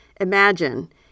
Imagine